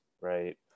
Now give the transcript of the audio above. right